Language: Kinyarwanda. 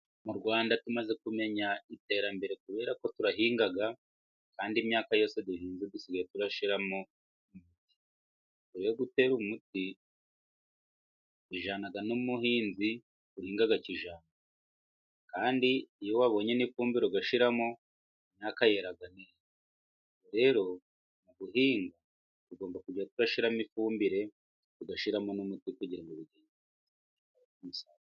Mu Rwanda tumaze kumenya iterambere kubera ko turahinga kandi imyaka yose duhinze, dusigaye turarashiramo. Mbere yo gutera umuti tujyanaga n'umuhinzi uhinga kijyambere, kandi iyo wabonye n'ifumbire ugashiramo, imyaka naka ire rero guhinga tugomba kujya turashiramo ifumbire tugashiramo n'umuti kugirango biduhe umusaruro.